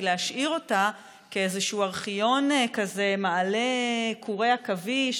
כי להשאיר אותה כאיזשהו ארכיון מעלה קורי עכביש,